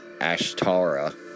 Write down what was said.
Ashtara